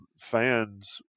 fans